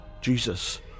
Jesus